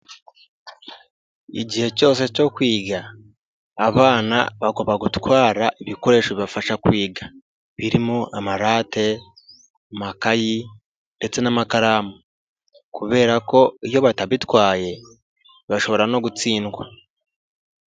Igihe cyose cyo kwiga abana bagomba gutwara ibikoresho bibafasha kwiga, birimo amarate, makayi ndetse n'amakaramu kubera ko iyo batabitwaye bashobora no gutsindwa.